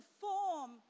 form